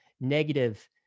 negative